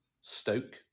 Stoke